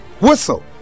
Whistle